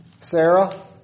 Sarah